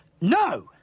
no